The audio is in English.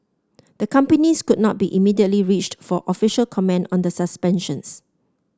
the companies could not be immediately reached for official comment on the suspensions